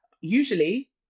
usually